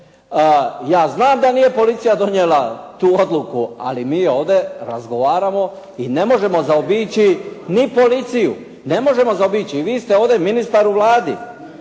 Ja znam da nije policija donijela tu odluku, ali mi ovdje razgovaramo i ne možemo zaobići ni policiju. Ne možemo zaobići i vi ste ovdje ministar u Vladi.